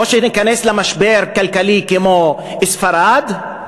או שניכנס למשבר כלכלי כמו ספרד?